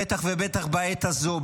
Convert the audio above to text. בטח ובטח בעת הזו,